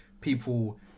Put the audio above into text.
people